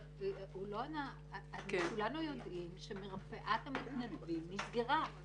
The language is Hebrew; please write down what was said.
כולנו יודעים שמרפאת המתנדבים נסגרה.